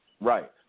Right